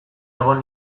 egon